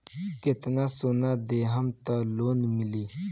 कितना सोना देहम त लोन मिली?